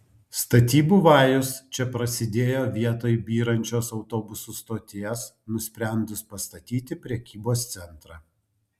statybų vajus čia prasidėjo vietoj byrančios autobusų stoties nusprendus pastatyti prekybos centrą